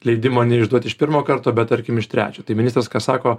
leidimo neišduot iš pirmo karto bet tarkim iš trečio tai ministras ką sako